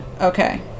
Okay